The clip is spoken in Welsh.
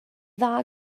dda